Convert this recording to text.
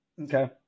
okay